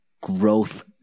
growth